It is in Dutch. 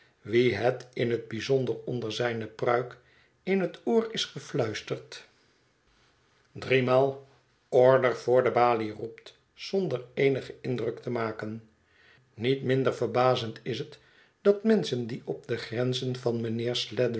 wien het in het bijzonder onder zijne pruik in het oor is gefluisterd driemaal orde voor de balie roept zonder eenigen indruk te maken niet minder verbazend is het dat menschen die op de grenzen van mijnheer